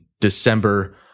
december